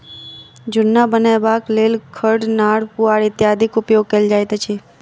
जुन्ना बनयबाक लेल खढ़, नार, पुआर इत्यादिक उपयोग कयल जाइत अछि